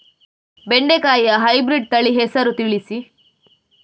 ಬೆಂಡೆಕಾಯಿಯ ಹೈಬ್ರಿಡ್ ತಳಿ ಹೆಸರು ತಿಳಿಸಿ?